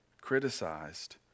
criticized